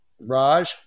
Raj